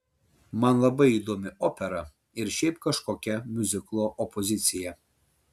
man labai įdomi opera ir šiaip kažkokia miuziklo opozicija